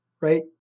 right